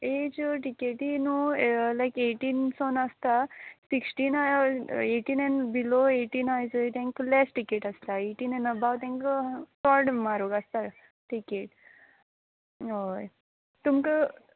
as टिकेटी न्हू लायक एटीन पसोन आसता sixteen eighteen and below eighteen हय चोय तेंकां लॅस टिकेट आसताय एटीन एन अबाव तेंक चोड म्हारोग आसता टिकेट हय तुमकां